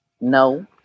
No